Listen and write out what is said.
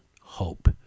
hope